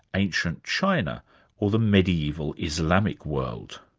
ancient china or the mediaeval islamic world?